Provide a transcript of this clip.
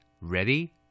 Ready